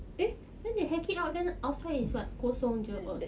eh then they hack it out then outside is what kosong jer oh